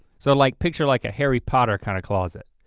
so like picture like a harry potter kinda closet.